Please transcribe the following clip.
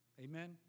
Amen